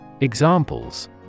Examples